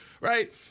right